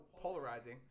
polarizing